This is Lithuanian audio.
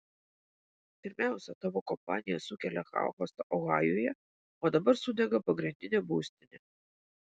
pirmiausia tavo kompanija sukelia chaosą ohajuje o dabar sudega pagrindinė būstinė